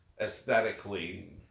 aesthetically